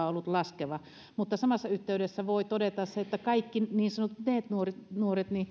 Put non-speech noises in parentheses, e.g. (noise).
(unintelligible) ollut laskeva mutta samassa yhteydessä voi todeta sen että kaikki niin sanotut neet nuoret nuoret